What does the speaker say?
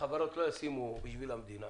החברות לא יפרסו בשביל המדינה.